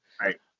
Right